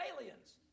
aliens